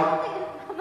אתה לא תגיד לי.